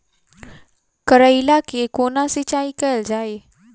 करैला केँ कोना सिचाई कैल जाइ?